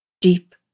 Deep